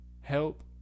help